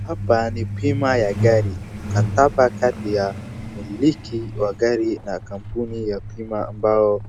Hapa ni bima ya gari, mkataba kati ya mumiliki wa gari na kampuni ya bima ambao